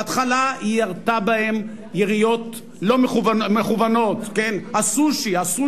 בהתחלה היא ירתה בהם יריות מכוונות: "הסושי",